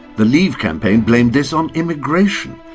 the leave campaign blamed this on immigration,